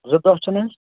زٕ دۄہ چھِنہٕ حظ